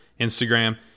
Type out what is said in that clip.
Instagram